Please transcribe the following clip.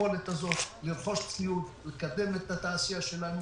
יכולת לרכוש ציוד, לקדם את התעשייה שלנו